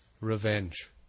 Revenge